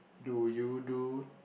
do you do